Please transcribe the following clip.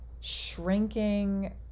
shrinking